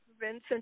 Vincent